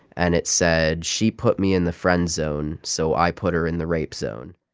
and it said, she put me in the friend zone, so i put her in the rape zone